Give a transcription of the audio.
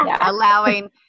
allowing